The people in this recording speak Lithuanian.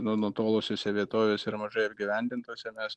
nu nutolusiose vietovėse ir mažai apgyvendintose mes